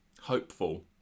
Hopeful